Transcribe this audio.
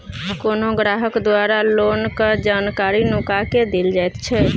कोनो ग्राहक द्वारा लोनक जानकारी नुका केँ देल जाएत छै